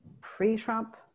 pre-Trump